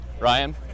ryan